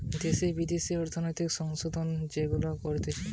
দ্যাশে বিদ্যাশে অর্থনৈতিক সংশোধন যেগুলা করতিছে